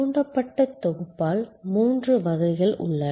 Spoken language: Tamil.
தூண்டப்பட்ட தொகுப்பால் மூன்று வகைகள் உள்ளன